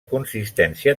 consistència